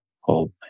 hold